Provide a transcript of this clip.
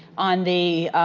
on the